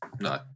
no